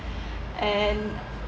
and